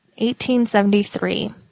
1873